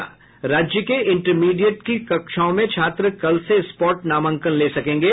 राज्य के इंटरमीडिएट की कक्षाओं में छात्र कल से स्पॉट नामांकन ले सकेंगे